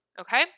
okay